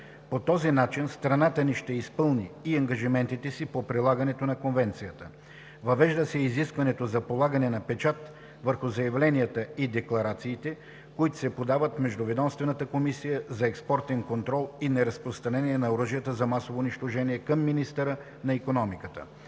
По този начин страната ни ще изпълни и ангажиментите си по прилагането на Конвенцията. Въвежда се изискването за полагане на печат върху заявленията и декларациите, които се подават в Междуведомствената комисия за експортен контрол и неразпространение на оръжията за масово унищожение към министъра на икономиката.